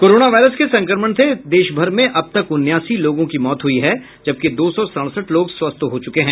corona virus के संक्रमण से देशभर में अब तक उनासी लोगों की मौत हुई है जबकि दो सौ सड़सठ लोग स्वस्थ हो चुके हैं